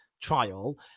trial